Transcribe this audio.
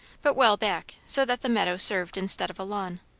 but well back, so that the meadow served instead of a lawn.